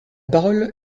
parole